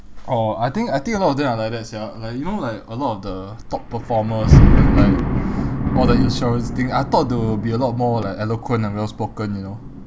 oh I think I think a lot of them are like that sia like you know like a lot of the top performers like all the insurance thing I thought they will be a lot more like eloquent and well spoken you know